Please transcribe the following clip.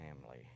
family